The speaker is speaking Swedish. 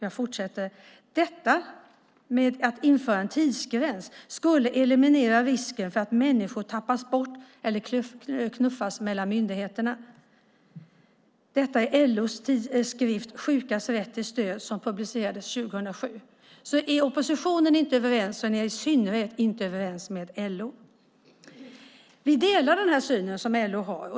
Vidare står det: "Detta skulle eliminera risken för att människor tappas bort eller knuffas mellan myndigheterna." Detta sägs i LO:s skrift Sjukas rätt till stöd som publicerades 2007. Om ni i oppositionen i allmänhet inte är överens är ni i synnerhet inte överens med LO. Vi delar LO:s syn.